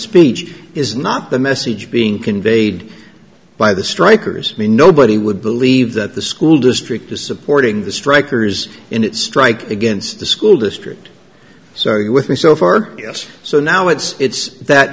speech is not the message being conveyed by the striker's mean nobody would believe that the school district is supporting the strikers in its strike against the school district so are you with me so far yes so now it's it's that